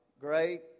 great